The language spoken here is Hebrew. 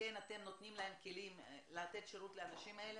אתם נותנים להם כלים לתת שירות לאנשים האלה